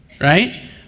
right